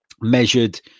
measured